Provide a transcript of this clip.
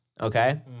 Okay